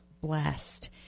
blessed